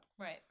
Right